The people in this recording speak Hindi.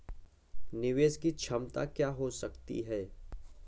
निवेश की क्षमता क्या हो सकती है?